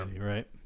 Right